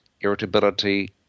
irritability